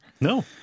No